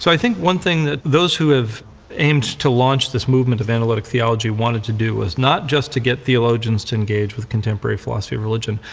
so i think one thing that those who have aimed to launch this movement of analytic theology wanted to do was not just to get theologians to engage with contemporary philosophy of religion,